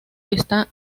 está